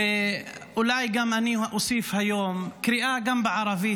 אולי אני אוסיף היום קריאה גם בערבית.